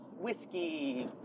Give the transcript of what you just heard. whiskey